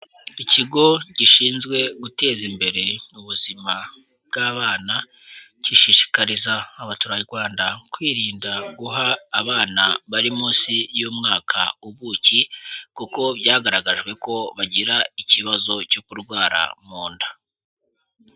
Ikigo gishinzwe guteza imbere ubuzima bw'abana, gishishikariza abaturarwanda kwirinda guha abana bari munsi y'umwaka ubuki, kuko byagaragajwe ko bagira ikibazo cyo kurwara mu nda.